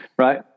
right